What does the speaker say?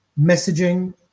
messaging